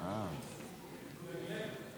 חבריי חברי הכנסת,